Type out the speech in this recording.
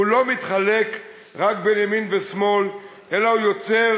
והוא לא מתחלק רק בין ימין ושמאל אלא הוא יוצר